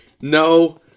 No